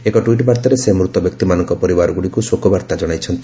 ଏକ ଟ୍ୱିଟ୍ ବାର୍ତ୍ତାରେ ସେ ମୃତ ବ୍ୟକ୍ତିମାନଙ୍କ ପରିବାରଗୁଡ଼ିକୁ ଶୋକବାର୍ତ୍ତା ଜଣାଇଛନ୍ତି